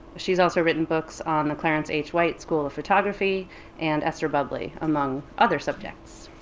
she's also written books on the clarence h. white school of photography and esther bubbly among other subjects.